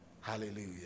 Hallelujah